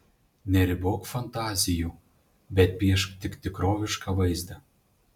neribok fantazijų bet piešk tik tikrovišką vaizdą